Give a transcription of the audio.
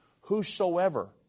whosoever